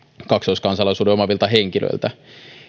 kaksoiskansalaisuuden omaavilta henkilöiltä